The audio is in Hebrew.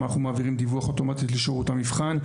אנחנו מעבירים דיווח אוטומטי לשרות המבחן.